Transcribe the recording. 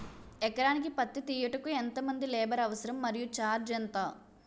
ఎకరానికి పత్తి తీయుటకు ఎంత మంది లేబర్ అవసరం? మరియు ఛార్జ్ ఎంత?